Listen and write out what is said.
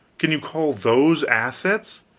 can you call those assets?